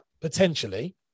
potentially